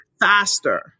faster